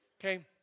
okay